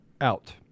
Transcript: out